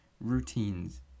routines